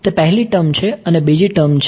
તે પહેલી ટર્મ છે અને બીજી ટર્મ છે